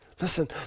Listen